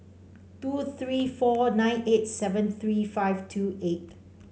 two three four nine eight seven three five two eight